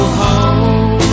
home